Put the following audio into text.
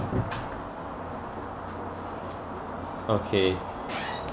okay